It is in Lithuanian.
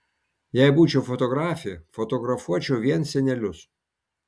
jei būčiau fotografė fotografuočiau vien senelius